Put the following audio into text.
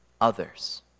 others